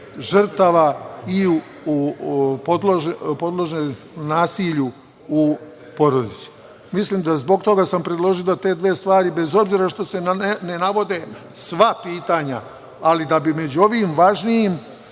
žrtava i podložne nasilju u porodici. Zbog toga sam predložio da te dve stvari, bez obzira što se ne navode sva pitanja, ali da bi među ovim važnijim,